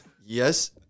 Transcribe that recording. Yes